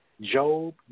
Job